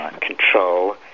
control